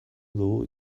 dugu